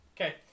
Okay